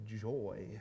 joy